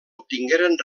obtingueren